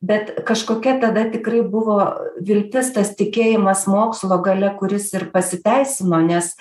bet kažkokia tada tikrai buvo viltis tas tikėjimas mokslo galia kuris ir pasiteisino nes